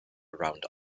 around